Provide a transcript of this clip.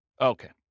Okay